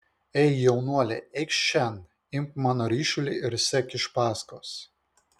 ei jaunuoli eikš šen imk mano ryšulį ir sek iš paskos